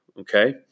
Okay